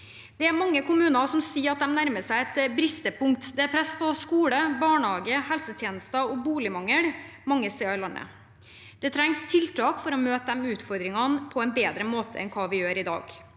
Det er mange kommuner som sier at de nærmer seg et bristepunkt. Det er press på skole, barnehage og helsetjenester og boligmangel mange steder i landet. Det trengs tiltak for å møte de utfordringene på en bedre måte enn hva vi gjør i dag.